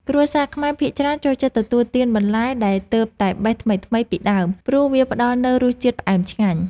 គ្រួសារខ្មែរភាគច្រើនចូលចិត្តទទួលទានបន្លែដែលទើបតែបេះថ្មីៗពីដើម ព្រោះវាផ្តល់នូវរសជាតិផ្អែមឆ្ងាញ់។